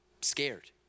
scared